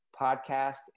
Podcast